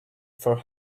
for